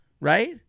right